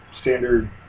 standard